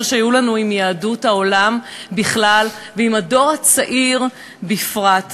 שהיו לנו עם יהדות העולם בכלל ועם הדור הצעיר בפרט.